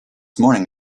morning